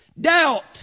doubt